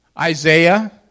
Isaiah